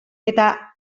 eta